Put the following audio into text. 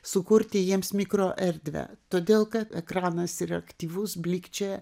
sukurti jiems mikroerdvę todėl kad ekranas ir aktyvus blykčioja